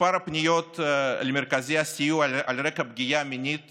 מספר הפניות למרכזי הסיוע על רקע פגיעה מינית